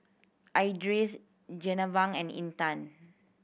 Idris Jenab and Intan